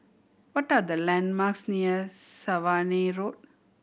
what are the landmarks near Swanage Road